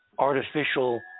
artificial